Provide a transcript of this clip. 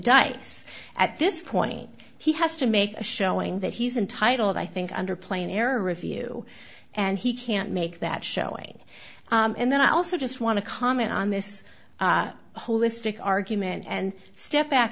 dice at this point he has to make a showing that he's entitled i think under plain air review and he can't make that showing and then i also just want to comment on this holistic argument and step back